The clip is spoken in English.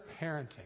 Parenting